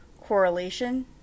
correlation